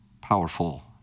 powerful